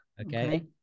Okay